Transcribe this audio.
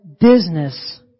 business